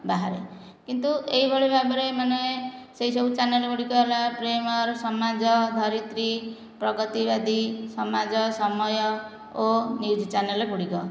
ବାହାରେ କିନ୍ତୁ ଏହିଭଳି ଭାବରେ ମାନେ ସେହି ସବୁ ଚ୍ୟାନେଲ ଗୁଡ଼ିକ ହେଲା ପ୍ରେମାର୍ ସମାଜ ଧରିତ୍ରୀ ପ୍ରଗତିବାଦୀ ସମାଜ ସମୟ ଓ ନ୍ୟୁଜ୍ ଚ୍ୟାନେଲ୍ ଗୁଡ଼ିକ